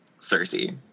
Cersei